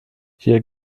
hier